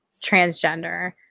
transgender